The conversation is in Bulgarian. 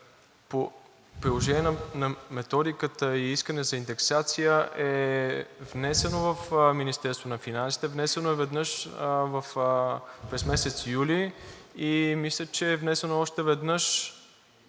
по приложение на методиката и искане за индексация е внесено в Министерството на финансите. Веднъж е внесено през месец юли и мисля, че е внесено още веднъж